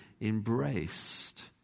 embraced